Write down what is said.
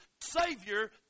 Savior